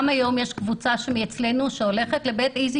גם היום יש קבוצה שהולכת לבית איזי